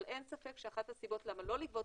אבל אין ספק שאחת הסיבות למה לא לגבות